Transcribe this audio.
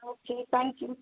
okay thank you